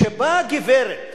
כשבאה גברת